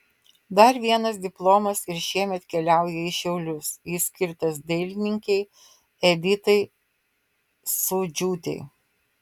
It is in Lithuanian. dar vienas diplomas ir šiemet keliauja į šiaulius jis skirtas dailininkei editai sūdžiūtei